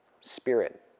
spirit